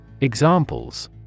Examples